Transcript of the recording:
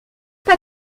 pas